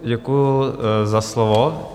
Děkuji za slovo.